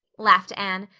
laughed anne.